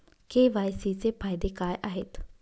KYC चे फायदे काय आहेत?